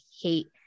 hate